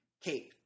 Kate